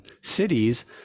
cities